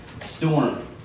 storm